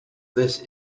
this